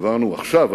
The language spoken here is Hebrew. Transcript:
העברנו עכשיו,